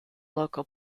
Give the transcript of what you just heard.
local